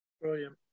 Brilliant